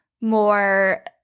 more